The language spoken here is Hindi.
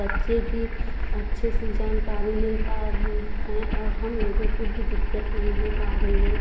बच्चे भी अच्छे से जानकारी ले पा रहे हैं और हम लोगों को भी दिक्कत नहीं हो पा रही है